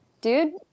dude